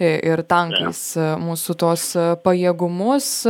ir tankais mūsų tuos pajėgumus